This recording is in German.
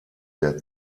der